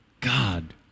God